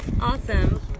awesome